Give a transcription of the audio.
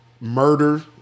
murder